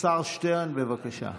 השר שטרן, בבקשה.